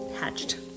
hatched